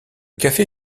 café